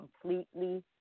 completely